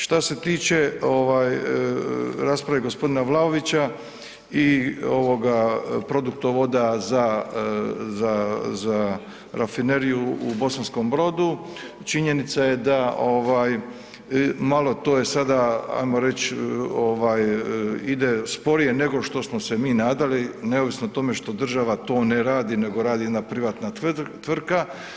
Šta se tiče ovaj rasprave gospodina Vlaovića i ovoga produktovoda za rafineriju u Bosanskom Brodu, činjenica je da ovaj malo to je sada ajmo reći ovaj ide sporije nego što smo se mi nadali neovisno o tome što država to ne radi nego radi jedna privatna tvrtka.